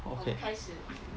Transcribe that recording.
okay